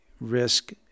risk